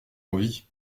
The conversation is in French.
envie